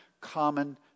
common